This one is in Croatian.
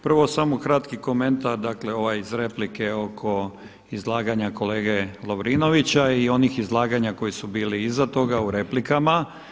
Prvo samo kratki komentar, dakle ovaj iz replike oko izlaganja kolege Lovrinovića i onih izlaganja koji su bili iza toga u replikama.